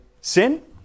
Sin